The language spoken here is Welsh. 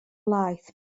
laeth